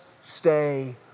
stay